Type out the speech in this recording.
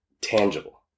tangible